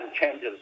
changes